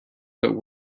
but